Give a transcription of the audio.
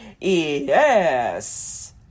Yes